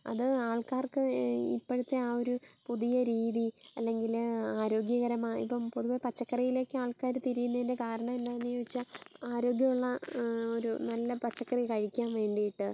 അത് ആൾക്കാർക്ക് ഇപ്പോഴത്തെ ആ ഒരു പുതിയ രീതി അല്ലെങ്കിൽ ആരോഗ്യകരമായ ഇപ്പം പൊതുവേ പച്ചക്കറിയിലേക്ക് ആൾക്കാർ തിരിയുന്നതിൻ്റെ കാരണം എന്നാന്ന് ചോദിച്ചാൽ ആരോഗ്യമുളള ഒരു നല്ല പച്ചക്കറി കഴിക്കാൻ വേണ്ടിട്ട്